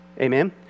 Amen